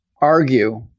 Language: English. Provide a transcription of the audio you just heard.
argue